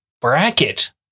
bracket